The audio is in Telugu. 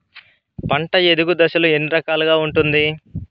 పంట ఎదుగు దశలు ఎన్ని రకాలుగా ఉంటుంది?